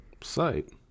site